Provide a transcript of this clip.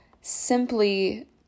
Simply